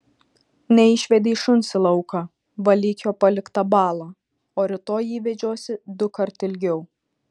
neišvedei šuns į lauką valyk jo paliktą balą o rytoj jį vedžiosi dukart ilgiau